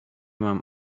mam